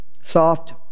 soft